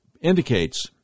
indicates